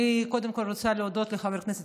אני קודם כול רוצה להודות לחבר הכנסת